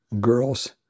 girls